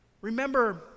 remember